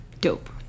Dope